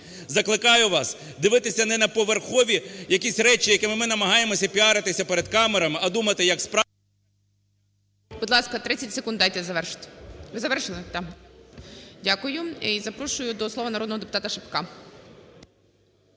Закликаю вас дивитися не на поверхові якісь речі, якими ми намагаємося піаритися перед камерами, а думати, як...